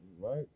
Right